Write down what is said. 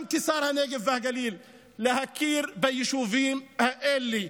גם כשר הנגב והגליל, להכיר ביישובים האלה.